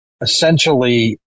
essentially